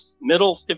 middle